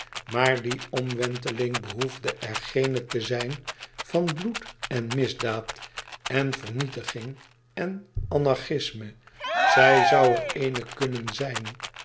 maar die omwenteling behoefde er geene te zijn van bloed en misdaad en vernietiging en anarchisme zij zoû er eene kunnen zijn